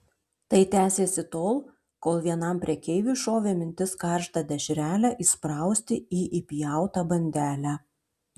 tai tęsėsi tol kol vienam prekeiviui šovė mintis karštą dešrelę įsprausti į įpjautą bandelę